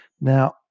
Now